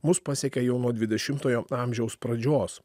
mus pasiekė jau nuo dvidešimtojo amžiaus pradžios